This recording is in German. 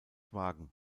wagen